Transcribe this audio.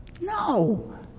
No